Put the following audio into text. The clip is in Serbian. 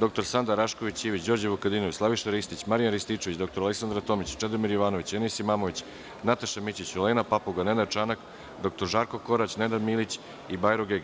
dr Sanda Rašković Ivić, Đorđe Vukadinović, Slaviša Ristić, Marijan Rističević, dr Aleksandra Tomić, Čedomir Jovanović, Enis Imamović, Nataša Mićić, Olena Papuga, Nenad Čanak, dr Žarko Korać, Nenad Milić i Bajro Gegić.